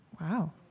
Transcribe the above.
Wow